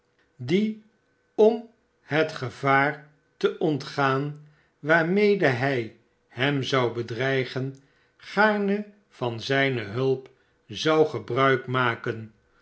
die om het gevaar te ontgaan waar mede hij hem zou bedreigen gaarne van zijne hulp zou gebruil maken